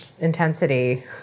intensity